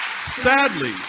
sadly